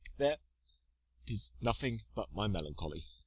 there tis nothing but my melancholy.